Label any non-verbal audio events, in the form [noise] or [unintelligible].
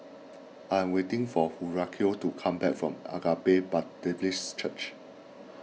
I am waiting for Horacio to come back from Agape [unintelligible] Church